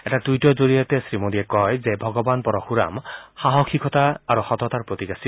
এটা টুইটৰ জৰিয়তে শ্ৰীমোডীয়ে কয় যে ভগৱান পৰশুৰাম সাহসীকতা আৰু সততাৰ প্ৰতীক আছিল